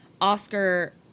Oscar